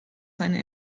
seine